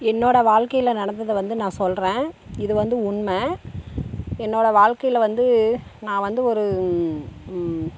என்னோட வாழ்க்கையில் நடந்ததது வந்து நான் சொல்லுறேன் இது வந்து உண்மை என்னோட வாழ்க்கையில் வந்து நான் வந்து ஒரு